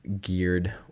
geared